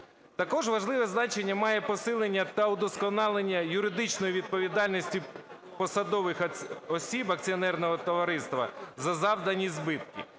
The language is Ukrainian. Також важливе значення має посилення та удосконалення юридичної відповідальності посадових осіб акціонерного товариства за завдані збитки.